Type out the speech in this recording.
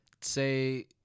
say